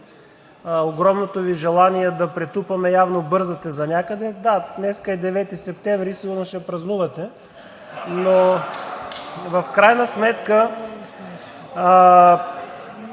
огромното Ви желание да претупаме, явно бързате за някъде. Да, днес е 9 септември и сигурно ще празнувате. (Шум и оживление.)